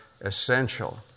essential